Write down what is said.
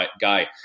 guy